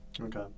Okay